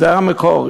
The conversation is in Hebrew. זה המקור.